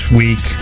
week